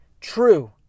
true